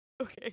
Okay